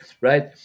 right